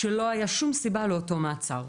ולא הייתה שום סיבה לאותו מעצר.